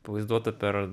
pavaizduota per